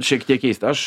šiek tiek keista aš